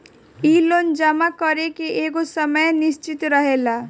इ लोन जमा करे के एगो समय निश्चित रहेला